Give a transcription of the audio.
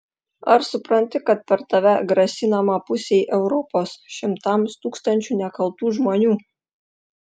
ar supranti kad per tave grasinama pusei europos šimtams tūkstančių nekaltų žmonių